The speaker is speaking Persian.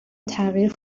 تغییر